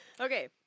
Okay